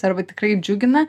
arba tikrai džiugina